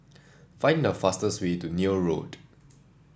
find the fastest way to Neil Road